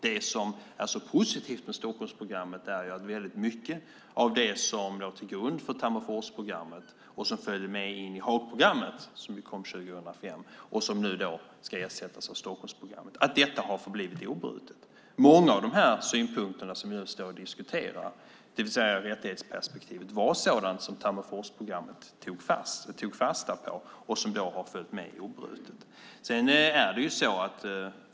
Det som är så positivt med Stockholmsprogrammet är att väldigt mycket av det som låg till grund för Tammerforsprogrammet och som följde med in i Haagprogrammet, som kom 2005 och som ska ersätta Stockholmsprogrammet, har förblivit obrutet. Många av de synpunkter som vi nu diskuterar, det vill säga rättighetsperspektivet, var sådant som Tammerforsprogrammet tog fasta på och som har följt med obrutet.